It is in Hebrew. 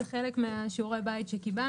זה חלק משיעורי הבית שקיבלנו.